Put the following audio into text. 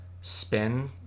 spin